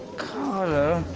carter?